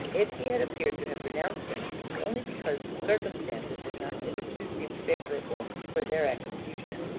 if he had appeared to have renounced them, it was only because circumstances had not hitherto seemed favourable for their execution.